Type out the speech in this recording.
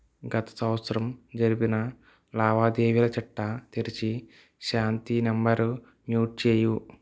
గత సంవత్సరం జరిపిన లావాదేవీల చిట్టా తెరచి శాంతి నంబరు మ్యూట్ చేయి